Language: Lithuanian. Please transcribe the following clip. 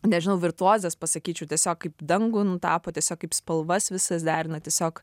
nežinau virtuozas pasakyčiau tiesiog kaip dangų nutapo tiesiog kaip spalvas visas derina tiesiog